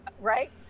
right